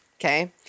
Okay